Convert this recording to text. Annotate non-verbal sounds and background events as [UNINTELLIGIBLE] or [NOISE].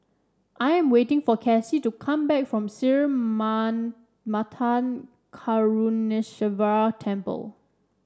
I am waiting for Casie to come back from Sri man [UNINTELLIGIBLE] Karuneshvarar Temple